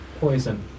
Poison